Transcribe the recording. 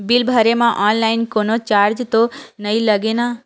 Bill भरे मा online कोनो चार्ज तो नई लागे ना?